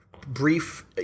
brief